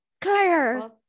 Claire